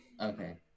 okay